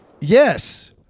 Yes